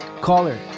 Caller